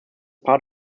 part